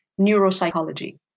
neuropsychology